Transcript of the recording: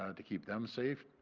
ah to keep them safe,